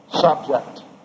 subject